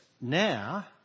now